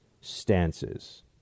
stances